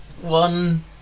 One